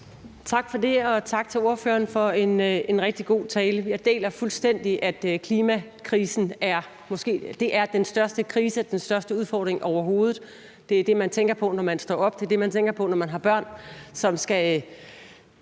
Tak for det. Og tak til ordføreren for en rigtig god tale. Jeg deler fuldstændig, at klimakrisen er den største krise og den største udfordring overhovedet. Det er det, man tænker på, når man står op. Det er det, man tænker på, når man har børn, som skal